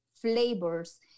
flavors